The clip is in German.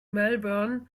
melbourne